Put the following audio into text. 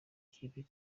kipe